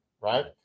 right